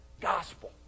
gospel